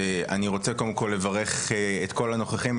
אני רוצה קודם כל לברך את כל הנוכחים,